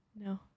No